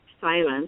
silence